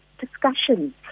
discussions